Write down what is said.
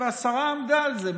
והשרה עמדה על זה,